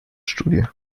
studie